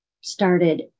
started